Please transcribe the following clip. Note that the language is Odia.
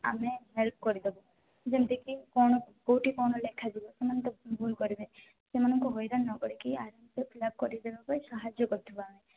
ଆମେ ହେଲ୍ପ କରି ଦେବୁ ଯେମିତି କି କଣ କେଉଁଠି କଣ ଲେଖା ଯିବ ସେମାନେ ତ ଭୁଲ୍ କରିବେ ସେମାନଙ୍କୁ ହଇରାଣ ନ କରି କି ଫିଲ୍ଅପ୍ କରିଦେବାରେ ସାହାଯ୍ୟ କରିଦେବା ଆମେ